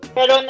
Pero